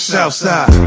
Southside